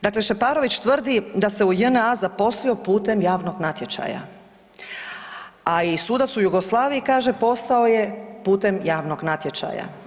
Dakle, Šeparović tvrdi da se u JNA zaposlio putem javnog natječaja, a i sudac u Jugoslaviji kaže postao je putem javnog natječaja.